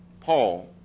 Paul